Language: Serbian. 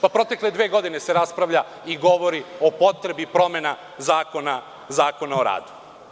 Protekle dve godine se raspravlja i govori o potrebi promena Zakona o radu.